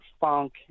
funk